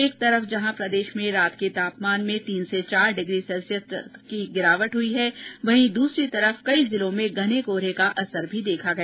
एक तरफ जहां प्रदेश में रात को तापमान में तीन से चार डिग्री की गिरावट दर्ज की गई है तो दूसरी तरफ कई जिलों में घने कोहरे का असर भी देखा गया